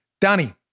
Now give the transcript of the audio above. Donnie